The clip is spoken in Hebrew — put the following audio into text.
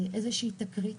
איזושהי תקרית,